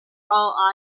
all